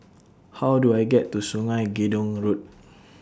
How Do I get to Sungei Gedong Road